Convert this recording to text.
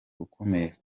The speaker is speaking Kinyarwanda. ukomeye